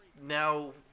now